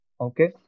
okay